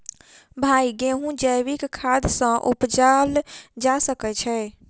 भाई गेंहूँ जैविक खाद सँ उपजाल जा सकै छैय?